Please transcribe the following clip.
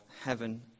heaven